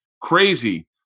crazy